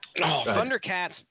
Thundercats